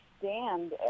stand